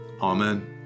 Amen